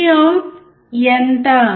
Vout ఎంత